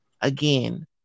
again